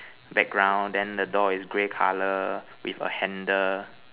background then the door is grey color with a handle